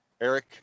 Eric